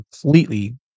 completely